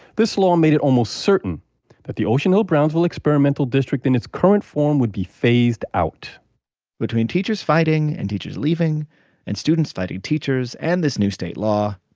this law made it almost certain that the ocean hill-brownsville experimental district in its current form would be phased out between teachers fighting and teachers leaving and students fighting teachers and this new state law,